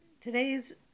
today's